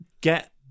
get